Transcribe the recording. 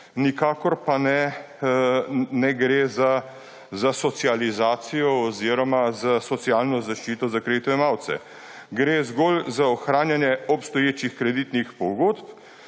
nikakor pa ne gre za socializacijo oziroma za socialno zaščito za kreditojemalce. Gre zgolj za ohranjanje obstoječih kreditnih pogodb